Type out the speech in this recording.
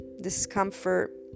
discomfort